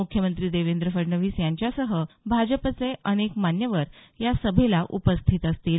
मुख्यमंत्री देवेंद्र फडणवीस यांच्यासह भाजपचे अनेक मान्यवर या सभेला उपस्थित असतील